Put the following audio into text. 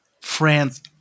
France